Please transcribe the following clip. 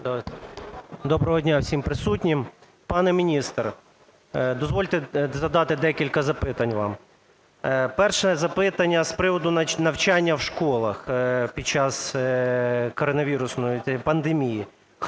Доброго дня всім присутнім! Пане міністре, дозвольте задати декілька запитань вам. Перше запитання – з приводу навчання в школах під час коронавірусної пандемії.